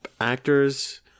actors